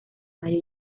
mayo